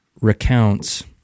recounts